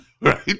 Right